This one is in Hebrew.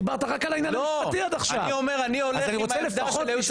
עודד פורר (יו"ר ועדת העלייה,